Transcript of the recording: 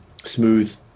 Smooth